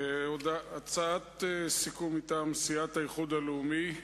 הצעת סיכום מטעם סיעת האיחוד הלאומי: